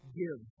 give